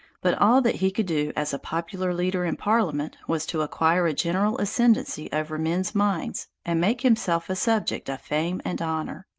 but all that he could do as a popular leader in parliament was to acquire a general ascendency over men's minds, and make himself a subject of fame and honor.